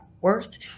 worth